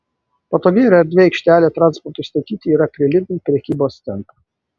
patogi ir erdvi aikštelė transportui statyti yra prie lidl prekybos centro